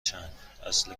چند، اصل